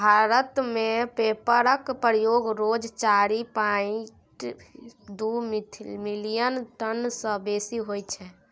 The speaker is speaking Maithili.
भारत मे पेपरक प्रयोग रोज चारि पांइट दु मिलियन टन सँ बेसी होइ छै